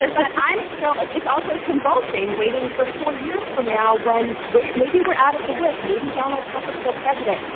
and but i'm still like it's also convulsing, waiting for four years from now when we maybe we're out of the woods. maybe donald trump is still president.